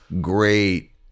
great